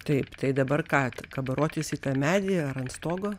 taip tai dabar ką kabarotis į medį ar ant stogo